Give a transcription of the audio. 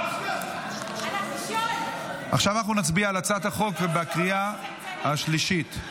עכשיו נצביע על הצעת החוק בקריאה השלישית.